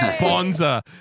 Bonza